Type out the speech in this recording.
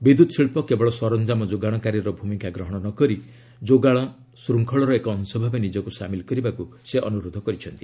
ବିଦ୍ୟୁତ୍ ଶିଳ୍ପ କେବଳ ସରଞ୍ଜାମ ଯୋଗାଶକାରୀର ଭୂମିକା ଗ୍ରହଣ ନ କରି ଯୋଗାଣ ଶୃଙ୍ଖଳର ଏକ ଅଂଶ ଭାବେ ନିଜକୁ ସାମିଲ୍ କରିବାକୁ ସେ ଅନୁରୋଧ କରିଛନ୍ତି